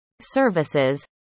services